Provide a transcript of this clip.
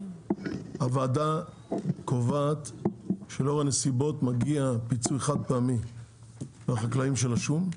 הוועדה קובעת שלאור הנסיבות מגיע פיצוי חד פעמי לחקלאים של השום,